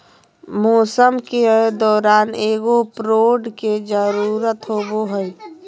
मौसम के दौरान एगो प्रोड की जरुरत होबो हइ